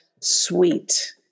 sweet